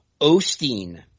Osteen